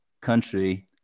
country